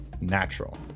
Natural